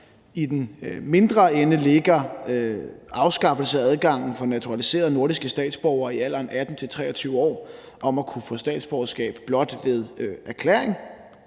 I den mindre ende ligger afskaffelse af adgangen for naturaliserede nordiske statsborgere i alderen 18-23 år til at kunne få statsborgerskab blot ved erklæring.